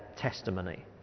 testimony